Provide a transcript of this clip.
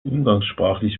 umgangssprachlich